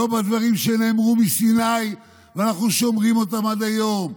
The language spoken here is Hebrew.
לא בדברים שנאמרו מסיני ואנחנו שומרים אותם עד היום,